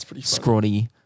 scrawny